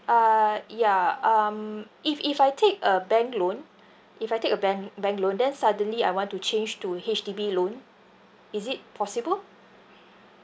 uh ya um if if I take a bank loan if I take a bank bank loan then suddenly I want to change to H_D_B loan is it possible